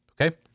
Okay